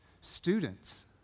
Students